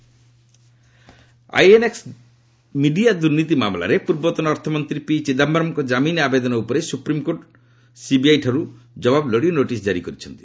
SC CBI Chidambaram INX media ଦୁର୍ନୀତି ମାମଲାରେ ପୂର୍ବତନ ଅର୍ଥମନ୍ତ୍ରୀ ପି ଚିଦାମ୍ଘରମ୍ଙ୍କ କାମିନ୍ ଆବେଦନ ଉପରେ ସୁପ୍ରିମ୍କୋର୍ଟ ଆଜି ସିବିଆଇଠାରୁ ଜବାବ ଲୋଡ଼ି ନୋଟିସ୍ ଜାରି କରିଛନ୍ତି